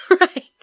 Right